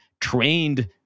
trained